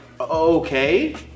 okay